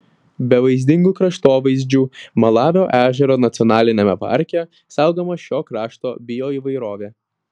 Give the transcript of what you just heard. be vaizdingų kraštovaizdžių malavio ežero nacionaliniame parke saugoma šio krašto bioįvairovė